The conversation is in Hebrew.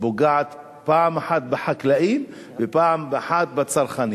פוגעת הן בחקלאים והן בצרכנים.